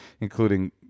including